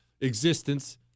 existence